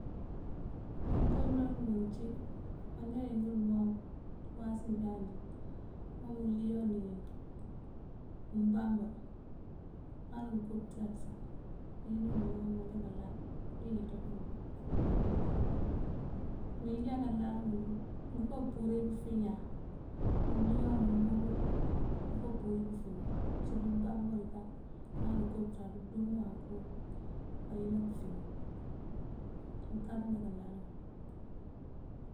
Ngёnko bёreŋ ngёloŋ ací mёёnjá wingёl boŋ uwas inji jáaţ udi: kom uliyon ink, di umbamba, ŋal ukopёţaţ sa uwínёwul mánjá kalal. Mёёwinja kalal ngёl ngoka apύrir kakiŋ iñaan. Uliyon ulύgύ ngoka apύrir kafiŋ iñaan ŋal ukopёţaţ undύmύwánk ayёlan pёfiŋ. Unkáaţ njákálal uwul.